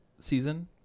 season